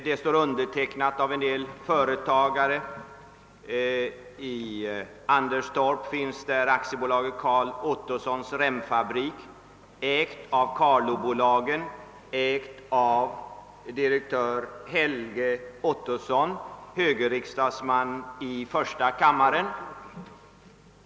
Det är undertecknat av en del företag, bl.a. AB Carl Ottossons Remfabrik i Anderstorp, ägd av Carlobolaget, ägda av direktör Holge Ottosson, högerriksdagsman i första kammaren.